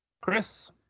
chris